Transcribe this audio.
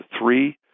three